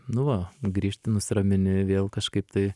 nu va grįžti nusiramini vėl kažkaip tai